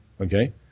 okay